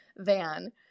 Van